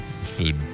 food